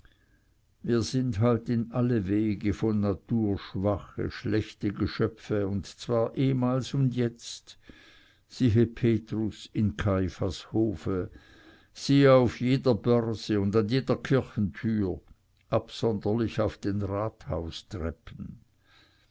wir sind halt in alle wege von natur schwache schlechte geschöpfe und zwar ehemals und jetzt siehe petrus in kaiphas hofe siehe auf jeder börse und an jeder kirchtüre absonderlich auf den